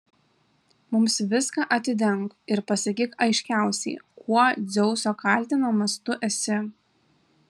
mums viską atidenk ir pasakyk aiškiausiai kuo dzeuso kaltinamas tu esi